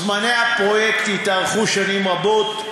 זמני הפרויקט התארכו שנים רבות,